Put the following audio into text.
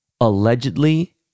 allegedly